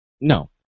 No